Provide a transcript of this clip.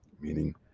meaning